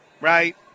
right